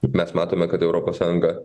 mes matome kad europos sąjunga